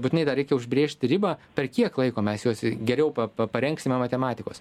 būtinai dar reikia užbrėžti ribą per kiek laiko mes juos geriau pa pa parengsime matematikos